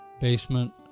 basement